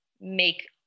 make